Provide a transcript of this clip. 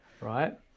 Right